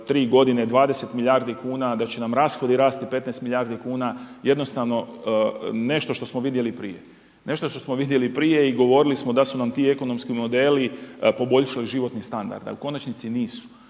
3 godine 20 milijardi kuna, da će nam rashodi rasti 15 milijardi kuna jednostavno nešto što smo vidjeli i prije, nešto što smo vidjeli i prije i govorili smo da su nam ti ekonomski modeli poboljšali životni standard. A u konačnici nisu